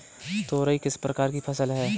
तोरई किस प्रकार की फसल है?